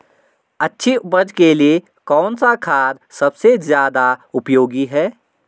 अच्छी उपज के लिए कौन सा खाद सबसे ज़्यादा उपयोगी है?